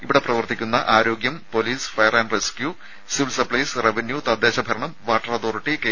ഇവിടെ പ്രവർത്തിക്കുന്ന ആരോഗ്യം police fire and rescue civil supplies revenue തദ്ദേശ ഭരണം വാട്ടർ അതോറിറ്റി കെ